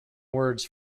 words